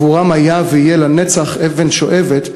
שעבורם היה ויהיה לנצח אבן שואבת,